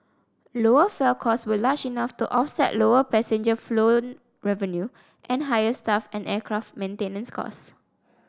lower fuel costs were large enough to offset lower passenger flown revenue and higher staff and aircraft maintenance costs